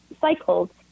cycled